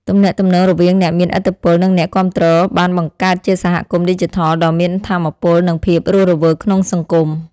ទំនាក់ទំនងរវាងអ្នកមានឥទ្ធិពលនិងអ្នកគាំទ្របានបង្កើតជាសហគមន៍ឌីជីថលដ៏មានថាមពលនិងភាពរស់រវើកក្នុងសង្គម។